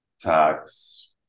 tax